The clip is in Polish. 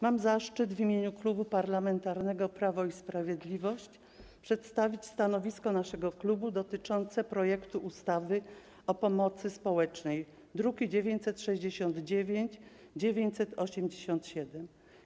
Mam zaszczyt w imieniu Klubu Parlamentarnego Prawo i Sprawiedliwość przedstawić stanowisko naszego klubu dotyczące projektu ustawy o pomocy społecznej, druki nr 969 i 987.